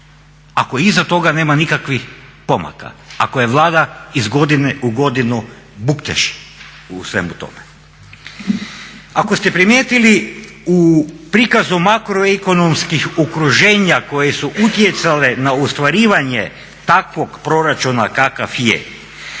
ako iza toga nema nikakvih pomaka, ako je Vlada iz godine u godinu …/Govornik se ne razumije./… u svemu tome. Ako ste primijetili u prikazu makroekonomskih okruženja koji su utjecali na ostvarivanje takvog proračuna kakav je